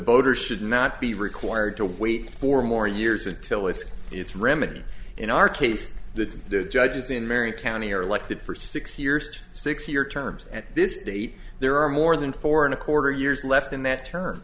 voters should not be required to wait four more years until it's it's remedy in our case the judges in marion county are elected for six years to six year terms at this date there are more than four and a quarter years left in that term